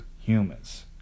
humans